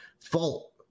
Fault